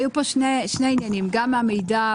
היו פה שני עניינים: גם עניין המידע,